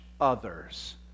Others